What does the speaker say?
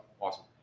Awesome